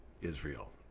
Israel